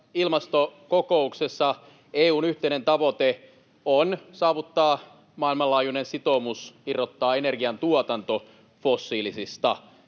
ilmastokokouksessa EU:n yhteinen tavoite on saavuttaa maailmanlaajuinen sitoumus irrottaa energiantuotanto fossiilisista,